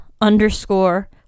underscore